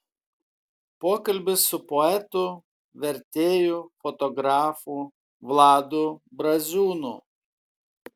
pokalbis su poetu vertėju fotografu vladu braziūnu